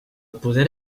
poder